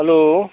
hello